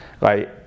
right